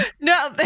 No